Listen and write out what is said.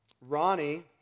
Ronnie